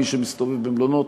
מי שמסתובב במלונות,